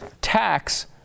tax